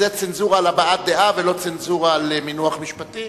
זו צנזורה על הבעת דעה ולא צנזורה על מינוח משפטי.